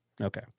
Okay